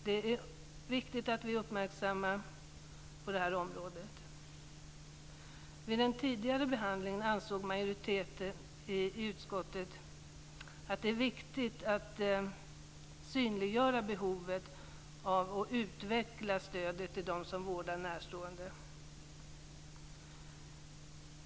Det är viktigt att vara uppmärksam och nogsamt följa utvecklingen. Vid den tidigare behandlingen ansåg majoriteten i utskottet att det är viktigt att synliggöra behovet av och utveckla stödet till dem som vårdar närstående.